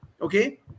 okay